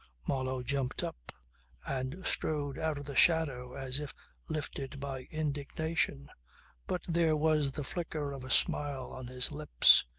marlow jumped up and strode out of the shadow as if lifted by indignation but there was the flicker of a smile on his lips.